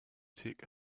take